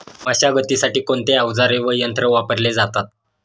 मशागतीसाठी कोणते अवजारे व यंत्र वापरले जातात?